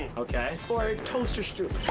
okay. or toaster strudel?